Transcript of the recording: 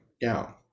down